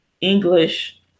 English